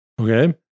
Okay